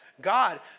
God